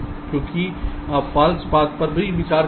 क्योंकि आप false paths पर भी विचार कर रहे हैं